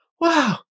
Wow